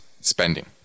spending